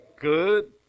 Good